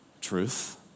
truth